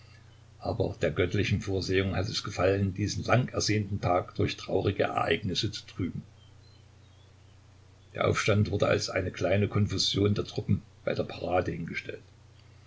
aber der göttlichen vorsehung hat es gefallen diesen langersehnten tag durch traurige ereignisse zu trüben der aufstand wurde als eine kleine konfusion der truppen bei der parade hingestellt